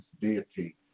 deity